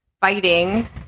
fighting